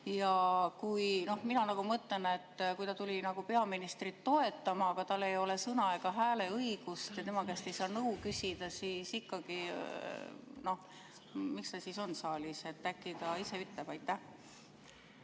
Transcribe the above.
saalis. Mina mõtlen, et kui ta tuli peaministrit toetama, aga tal ei ole sõna‑ ega hääleõigust ja tema käest ei saa nõu küsida, siis ikkagi, miks ta siis on saalis. Äkki ta ise ütleb? Aitäh!